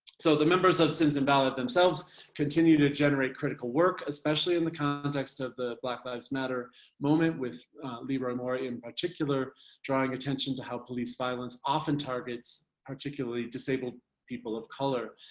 so the members of sins invalid continue to generate critical work, especially in the context of the black lives matter moment with leroy moore in particular dawing attention to how police violence often targets particularly disabled people of colour.